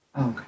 Okay